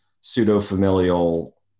pseudo-familial